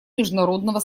международного